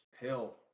hell